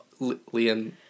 Liam